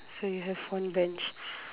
so you have one bench